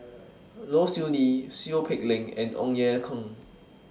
Low Siew Nghee Seow Peck Leng and Ong Ye Kung